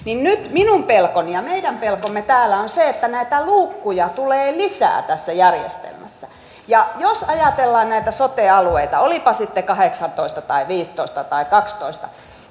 nyt minun pelkoni ja meidän pelkomme täällä on se että näitä luukkuja tulee lisää tässä järjestelmässä jos ajatellaan näitä sote alueita olipa niitä sitten kahdeksantoista tai viisitoista tai kaksitoista